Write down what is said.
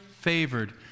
favored